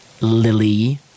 Lily